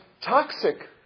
toxic